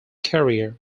career